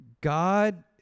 God